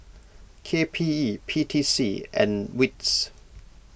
K P E P T C and Wits